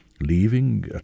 leaving